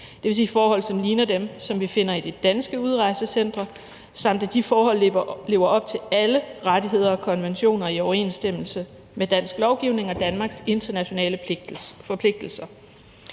det vil sige forhold, som ligner dem, som vi finder i de danske udrejsecentre, samt at de forhold lever op til alle rettigheder og konventioner i overensstemmelse med dansk lovgivning og Danmarks internationale forpligtelser.